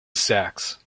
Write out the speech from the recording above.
sacks